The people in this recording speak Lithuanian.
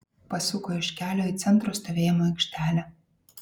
pasuko iš kelio į centro stovėjimo aikštelę